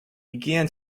began